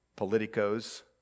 Politicos